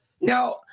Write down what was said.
now